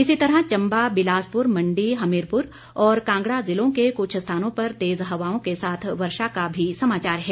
इसी तरह चम्बा बिलासपुर मण्डी हमीरपुर और कांगड़ा ज़िलों के कुछ स्थानों पर तेज़ हवाओं के साथ वर्षा का भी समाचार है